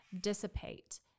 dissipate